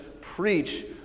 preach